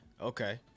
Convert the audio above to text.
okay